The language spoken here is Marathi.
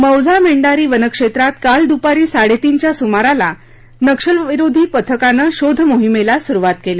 मौझा मेंढारी वन क्षेत्रात काल दुपारी साडेतीनच्या सुमाराला नक्षलविरोधी पथकानं शोध मोहिमेला सुरूवात केली